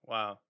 Wow